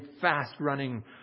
fast-running